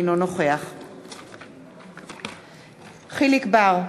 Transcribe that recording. אינו נוכח אורי אריאל,